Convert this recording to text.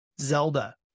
Zelda